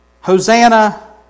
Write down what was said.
Hosanna